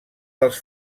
dels